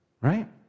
Right